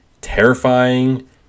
terrifying